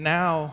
now